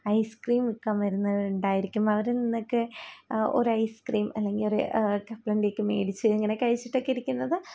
ice cream വിൽക്കാൻ വരുന്നവരുണ്ടായിരിക്കും അവരിൽ നിന്നൊക്കെ ഒരൈസ്ക്രീം അല്ലെങ്കിൽ ഒരു കപ്പലണ്ടിയൊക്കെ മേടിച്ച് ഇങ്ങനെ കഴിച്ചിട്ടൊക്കെ ഇരിക്കുന്നത്